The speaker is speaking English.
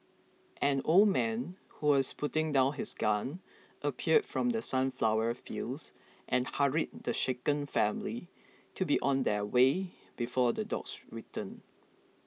an old man who was putting down his gun appeared from the sunflower fields and hurried the shaken family to be on their way before the dogs return